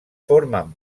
formen